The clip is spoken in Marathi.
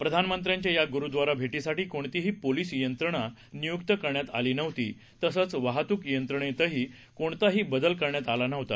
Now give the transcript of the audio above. प्रधानमंत्र्यांच्या या गुरुद्वारा भेटीसाठी कोणतीही पोलिस यंत्रणा नियुक्त करण्यात आली नव्हतीतसंच वाहतूक यंत्रणेतही कोणताही बदल करण्यात आला नव्हता